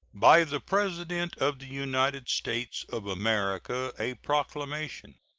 by the president of the united states of america. a proclamation.